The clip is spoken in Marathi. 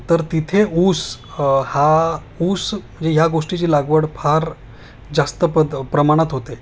तर तिथे ऊस हा ऊस म्हणजे या गोष्टीची लागवड फार जास्त पद प्रमाणात होते